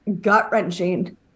gut-wrenching